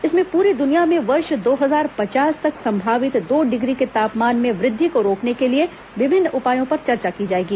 इसमें पूरी दुनिया में वर्ष दो हजार पचास तक संभावित दो डिग्री के तापमान में वृद्वि को रोकने के लिए विभिन्न उपायों पर चर्चा की जाएगी